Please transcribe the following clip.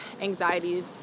anxieties